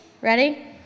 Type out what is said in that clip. Ready